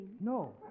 No